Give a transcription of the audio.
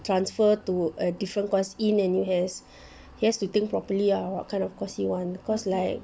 transfer to a different course in N_U_S he has to think properly lah what kind of course he wants cause like